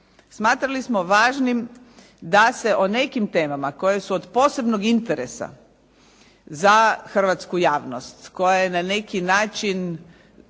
smatrali smo važnim da se o nekim temama koje su od posebnog interesa za hrvatsku javnost koja je na neki način